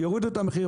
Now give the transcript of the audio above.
יורידו את המחיר.